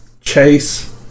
chase